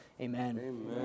Amen